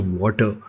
water